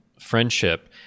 friendship